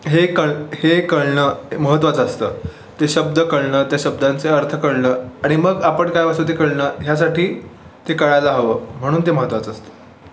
हे कळ हे कळणं हे महत्त्वाचं असतं ते शब्द कळणं त्या शब्दांचे अर्थ कळणं आणि मग आपण काय असो ते कळणं ह्यासाठी ते कळायला हवं म्हणून ते महत्वाचं असतं